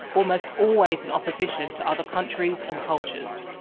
almost always in opposition to other countries and cultures.